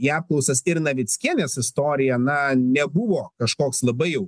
į apklausas ir navickienės istoriją na nebuvo kažkoks labai jau